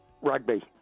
rugby